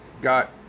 got